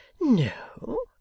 No